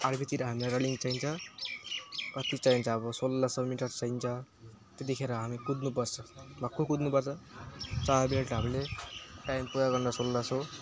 आर्मीतिर हामीलाई रनिङ चाहिन्छ कति चाहिन्छ अब सोह्र सय मिटर चाहिन्छ त्यतिखेर हामी कुद्नुपर्छ भक्कु कुद्नुपर्छ चार मिनेटमा हामीले टाइम पुरा गर्न सोह्र सय